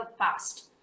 past